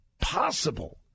possible